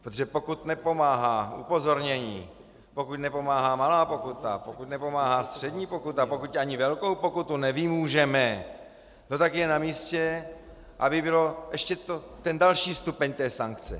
Protože pokud nepomáhá upozornění, pokud nepomáhá malá pokuta, pokud nepomáhá střední pokuta, pokud ani velkou pokutu nevymůžeme, no tak je namístě, aby byl ještě další stupeň sankce.